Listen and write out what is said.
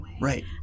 Right